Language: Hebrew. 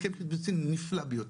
הסכם קיבוצי נפלא ביותר.